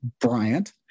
Bryant